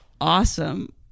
Awesome